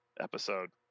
episode